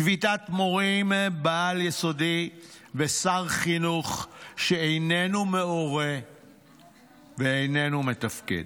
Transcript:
שביתת מורים בעל-יסודי ושר חינוך שאיננו מעורה ואיננו מתפקד.